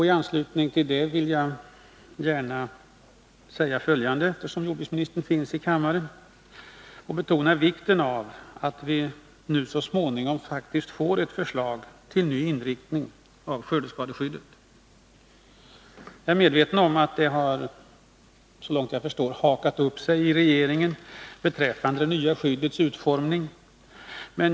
I anslutning till det vill jag gärna säga följande, eftersom jordbruksministern finns i kammaren, och betona vikten av att vi så småningom faktiskt får ett förslag till ny inriktning av skördeskadeskyddet. Såvitt jag förstår har arbetet med det nya skyddets utformning hakat upp sig i regeringen.